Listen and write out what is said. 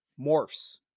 morphs